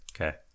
Okay